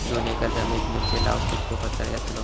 दोन एकर जमिनीत मिरचे लाऊक कितको खर्च यातलो?